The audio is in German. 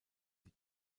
die